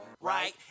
right